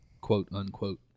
quote-unquote